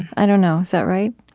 i don't know. is that right?